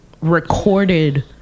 recorded